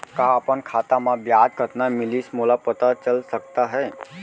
का अपन खाता म ब्याज कतना मिलिस मोला पता चल सकता है?